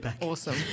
Awesome